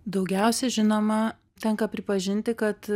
daugiausiai žinoma tenka pripažinti kad